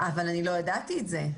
אבל אני לא ידעתי את זה.